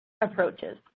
approaches